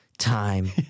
Time